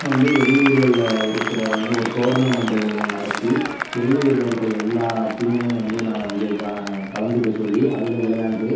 வந்து வெளியூர்களில் இருக்கிற வந்து ஒரு டோர்னமெண்ட் ஒன்னு நடத்தி வெளியூரிலிருக்க எல்லா டீமையும் வந்து நான் இங்கே ஜாயின் கலந்துக்க சொல்லி அதில் விளையாண்டு